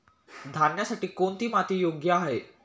धान्यासाठी कोणती माती योग्य आहे?